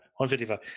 155